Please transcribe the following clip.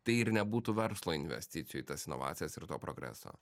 tai ir nebūtų verslo investicijų į tas inovacijas ir to progreso